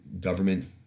government